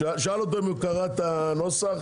ובמקרה של הטעיה?